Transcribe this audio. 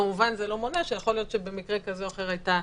כמובן זה לא מונע שיכול להיות שבמקרה כזה או אחר הייתה